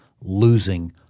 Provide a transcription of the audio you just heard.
losing